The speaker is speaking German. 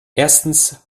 erstens